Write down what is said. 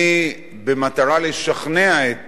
אני, במטרה לשכנע את